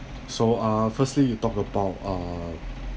so uh firstly you talk about uh